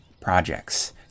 projects